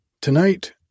Tonight